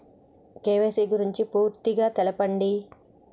KYC గురించి పూర్తిగా తెలపండి?